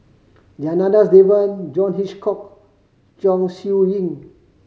Janadas Devan John Hitchcock Chong Siew Ying